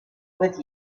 with